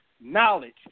knowledge